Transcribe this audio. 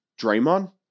Draymond